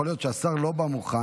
יכול להיות שהשר לא בא מוכן.